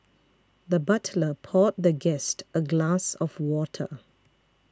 the butler poured the guest a glass of water